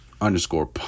underscore